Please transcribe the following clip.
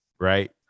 Right